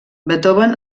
beethoven